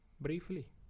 briefly